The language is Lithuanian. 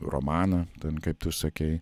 romaną ten kaip tu sakei